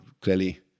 clearly